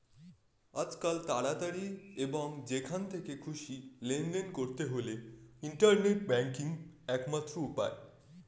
আজকাল তাড়াতাড়ি এবং যেখান থেকে খুশি লেনদেন করতে হলে ইন্টারনেট ব্যাংকিংই একমাত্র উপায়